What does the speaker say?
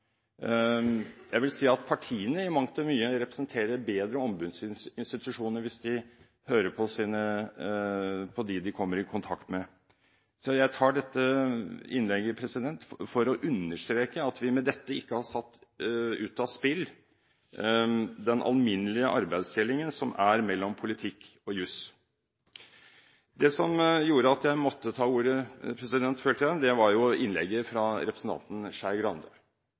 Jeg vil si at partiene i mangt og mye representerer bedre ombudsinstitusjoner hvis de hører på dem de kommer i kontakt med. Så jeg tar dette innlegget for å understreke at vi med dette ikke har satt ut av spill den alminnelige arbeidsdelingen som er mellom politikk og jus. Det som gjorde at jeg måtte ta ordet, følte jeg, var innlegget fra representanten Skei Grande.